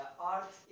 Art